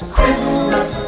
Christmas